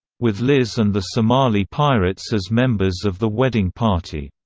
with liz and the somali pirates as members of the wedding party.